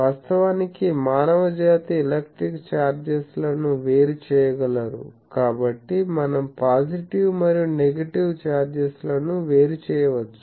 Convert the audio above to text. వాస్తవానికి మానవజాతి electric charges లను వేరు చేయగలరు కాబట్టి మనం పాజిటివ్ మరియు నెగెటివ్ చార్జెస్ లను వేరు చేయవచ్చు